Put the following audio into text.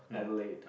Adelaide